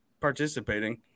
participating